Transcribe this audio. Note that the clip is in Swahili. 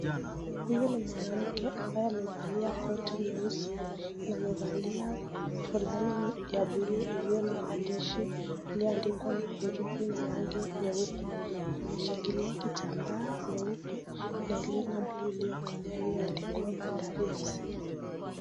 Huyu ni mwanamke mwenye amevalia koti nyeusi na amevalia fulani ya blue iliyo na mandishi iliyoandikwa na herufi na rangi nyeupe ameshikilia kitamba nyeupe na iliyona na blue iliyokolea ilioandikwa BandarI FC .